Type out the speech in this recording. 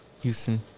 Houston